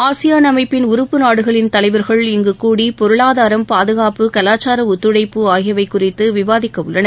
ASEAN அமைப்பின் உறுப்பு நாடுகளின் தலைவர்கள் இங்கு கூடி பொருளாதாரம் பாதுகாப்பு கலாச்சார ஒத்துழைப்பு ஆகியவை குறித்து விவாதிக்க உள்ளனர்